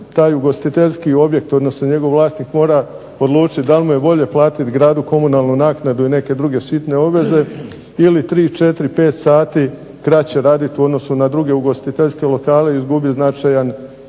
taj ugostiteljski objekt, odnosno njegov vlasnik mora odlučiti da li mu je bolje platiti gradu komunalnu naknadu i neke druge sitne obveze ili tri, četiri, pet sati kraće raditi u odnosu na druge ugostiteljske lokale i izgubiti značajan iznos